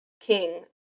king